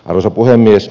arvoisa puhemies